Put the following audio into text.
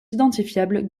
identifiables